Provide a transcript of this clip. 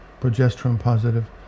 progesterone-positive